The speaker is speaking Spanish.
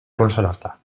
consolarla